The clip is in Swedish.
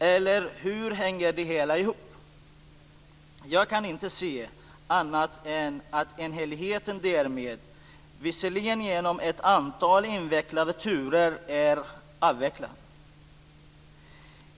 Eller hur hänger det hela ihop? Jag kan inte se annat än att enhälligheten därmed, visserligen genom ett antal invecklade turer, är avvecklad.